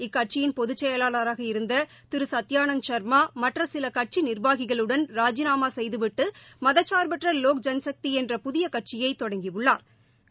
இக்கட்சியின் பொதுச் செயலாளராக இருந்த திரு சத்யானந்த் சர்மா மற்ற சில கட்சி நிர்வாகிகளுடன் ராஜிநாமா செய்துவிட்டு மதசாா்பற்ற லோக் ஜன்சக்தி என்ற புதிய கட்சியை தொடங்கியுள்ளாா்